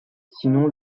sinon